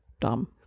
dumb